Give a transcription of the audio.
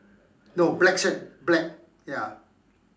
no black shirt black ya